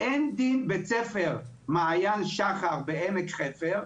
אין דין בית ספר מעיין שחר בעמק חפר,